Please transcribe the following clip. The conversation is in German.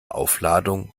aufladung